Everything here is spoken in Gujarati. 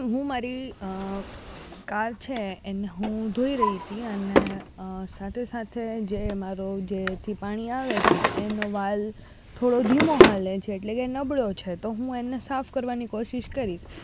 હું મારી કાર છે એને હું ધોઈ રહી તી અને સાથે સાથે જે મારો જે થી પાણી આવે છે એનો વાલ થોડો ધીમો હાલે છે એટલે કે નબળો છે તો હું એને સાફ કરવાની કોશિશ કરીશ